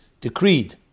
Decreed